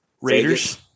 Raiders